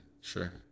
Sure